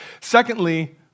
Secondly